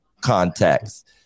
context